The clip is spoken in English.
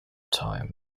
time